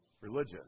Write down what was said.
religious